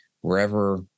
wherever